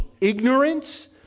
ignorance